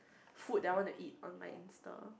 food that I want to eat on my Insta